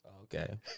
Okay